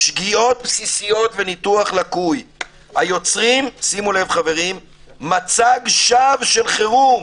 "שגיאות בסיסיות וניתוח לקוי היוצרים מצג שווא של חירום.